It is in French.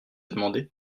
demandé